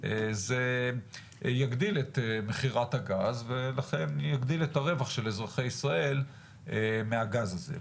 זה יגדיל את מכירת הגז ולכן יגדיל את הרווח של אזרחי ישראל מהגז הזה.